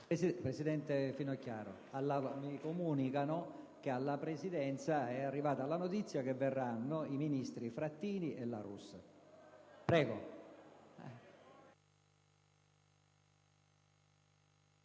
Presidente Finocchiaro, mi comunicano che alla Presidenza è arrivata la notizia che verranno i ministri Frattini e La Russa.